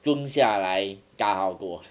蹲下来大号过